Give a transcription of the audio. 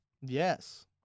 Yes